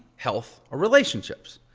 health or relationships.